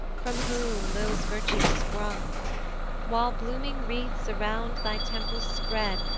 from whom those virtues sprung while blooming wreaths around thy temples spread,